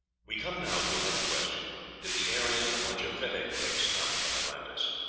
we come now to another question did the aryan or japhetic race come from atlantis?